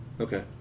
Okay